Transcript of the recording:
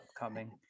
upcoming